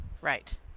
Right